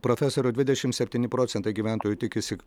profesoriau dvidešim septyni procentai gyventojų tikisi